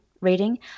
rating